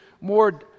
more